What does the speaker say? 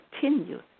continue